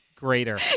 greater